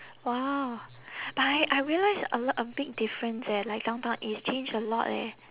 !wow! but I I realised a lot of big difference eh like downtown east change a lot eh